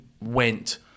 went